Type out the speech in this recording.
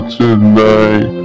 tonight